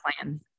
plan